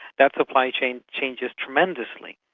that supply chain changes tremendously.